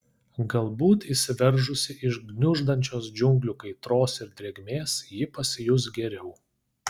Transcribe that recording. galbūt išsiveržusi iš gniuždančios džiunglių kaitros ir drėgmės ji pasijus geriau